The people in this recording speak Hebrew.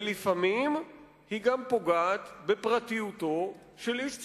ולפעמים היא גם פוגעת בפרטיותו של איש ציבור,